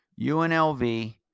UNLV